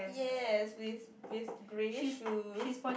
yes with with grey shoes